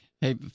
Hey